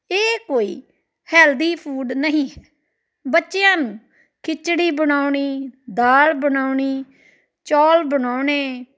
ਇਹ ਕੋਈ healthy food ਨਹੀਂ ਹੈ ਬੱਚਿਆਂ ਨੂੰ ਖਿਚੜੀ ਬਣਾਉਣੀ ਦਾਲ ਬਣਾਉਣੀ ਚੌਲ ਬਣਾਉਣੇ